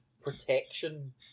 protection